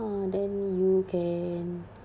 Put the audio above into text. oh then you can